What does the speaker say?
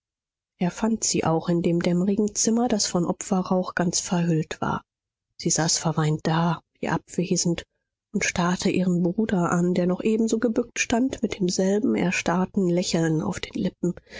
er fand sie auch in dem dämmrigen zimmer das von opferrauch ganz verhüllt war sie saß verweint da wie abwesend und starrte ihren bruder an der noch ebenso gebückt stand mit demselben erstarrten lächeln auf den lippen